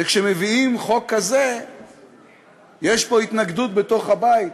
וכשמביאים חוק כזה יש פה התנגדות בתוך הבית,